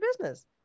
business